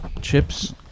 chips